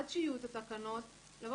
וחודשיים המוזיאון שלי לא היה נגיש,